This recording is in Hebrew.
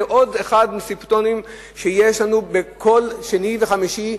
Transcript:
זה עוד אחד מהסימפטומים שיש לנו כל שני וחמישי,